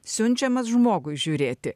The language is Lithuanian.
siunčiamas žmogui žiūrėti